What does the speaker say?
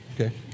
okay